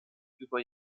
über